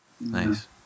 Nice